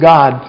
God